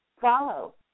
follow